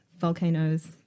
volcanoes